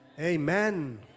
Amen